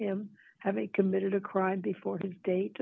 him having committed a crime before his date